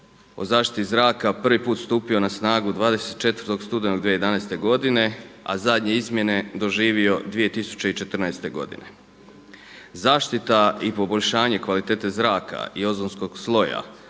o zaštiti zraka prvi put stupio na snagu 24. studenog 2011. godine, a zadnje izmjene doživio 2014. godine. Zaštita i poboljšanje kvalitete zraka i ozonskog sloja